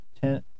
Ten